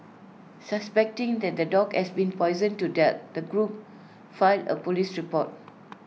suspecting that the dog has been poisoned to death the group filed A Police report